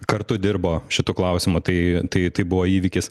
kartu dirbo šitu klausimu tai tai tai buvo įvykis